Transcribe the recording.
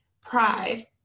pride